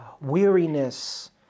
weariness